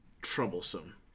troublesome